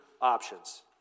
options